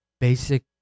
basic